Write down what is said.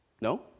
No